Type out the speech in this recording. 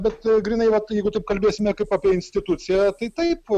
bet grynai vat jeigu taip kalbėsime kaip apie instituciją tai taip